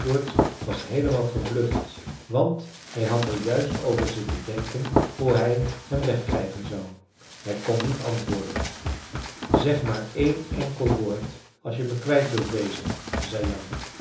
was heelemaal verbluft want hij had er juist over zitten denken hoe hij hem wegkrijgen zou hij kon niet antwoorden zeg maar één enkel woord als je me kwijt wilt wezen zei jan